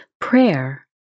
Prayer